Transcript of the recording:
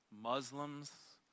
Muslims